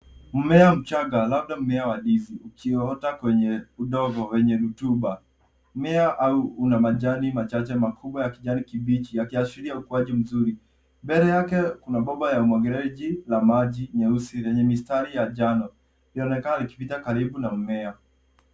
Mmea mchanga labda mmea wa ndizi ukita kwenye udongo wenye rutuba. Mmea au una majani machache makubwa y kijani kibichi yakiashiria ukuaji mzuri, mbele yake kuna bomba ya umwagiliaji na maji nyeusi lenye mistari ya njano ikionekana ikipita karibu na mmea.